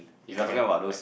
you're talking about those